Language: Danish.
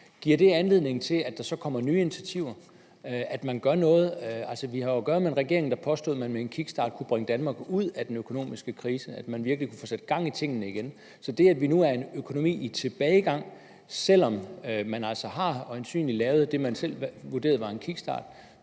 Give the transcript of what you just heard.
Giver det anledning til, at der så kommer nye initiativer, at man gør noget? Vi har jo altså at gøre med en regering, der påstod, at man med en kickstart kunne bringe Danmark ud af den økonomiske krise, at man virkelig kunne få sat gang i tingene igen, så betyder det, at vi nu er en økonomi i tilbagegang, selv om man altså øjensynlig har foretaget det, man selv vurderede var en kickstart,